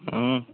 हूं